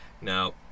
now